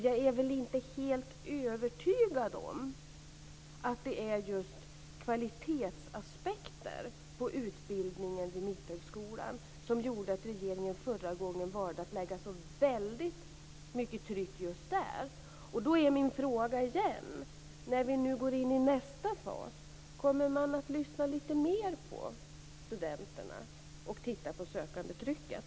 Jag är väl inte helt övertygad om att det var just kvalitetsaspekter på utbildningen vid Mitthögskolan som gjorde att regeringen förra gången valde att lägga så väldigt mycket tryck just där. Då är min fråga igen: När vi nu går in i nästa fas, kommer man då att lyssna lite mer på studenterna och titta på sökandetrycket?